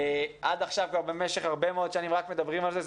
עד עכשיו במשך הרבה מאוד שנים רק מדברים על זה,